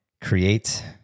create